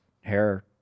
hair